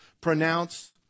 pronounce